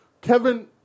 Kevin